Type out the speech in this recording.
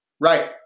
right